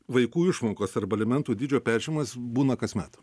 vaikų išmokos arba alimentų dydžio pežiūrėjimas būna kasmet